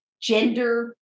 gender